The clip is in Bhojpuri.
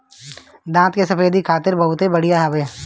दांत के सफेदी खातिर इ बहुते बढ़िया हवे